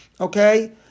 okay